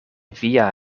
via